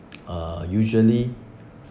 uh usually